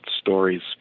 stories